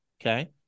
okay